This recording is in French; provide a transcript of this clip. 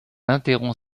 interrompt